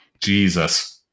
Jesus